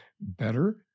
better